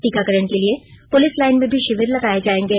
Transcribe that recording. टीकाकरण के लिए पुलिस लाईन में भी शिविर लगाए जाएंगे